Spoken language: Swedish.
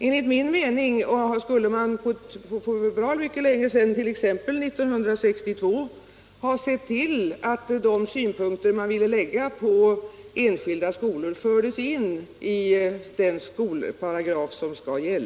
Enligt min mening borde den förra regeringen för länge sedan, t.ex. år 1962, ha sett till att de synpunkter man ville lägga på frågan om enskilda skolor fördes in i gällande skolparagrafer.